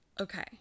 Okay